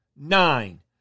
nine